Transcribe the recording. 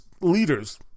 leaders